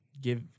give